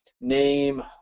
name